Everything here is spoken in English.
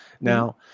now